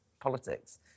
politics